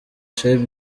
chez